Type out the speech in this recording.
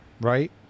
Right